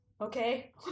Okay